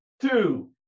two